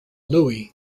louis